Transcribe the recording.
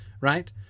right